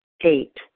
Eight